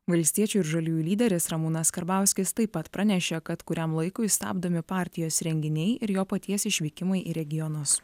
valstiečių ir žaliųjų lyderis ramūnas karbauskis taip pat pranešė kad kuriam laikui stabdomi partijos renginiai ir jo paties išvykimai į regionus